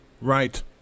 Right